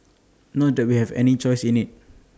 not that we had any choice in IT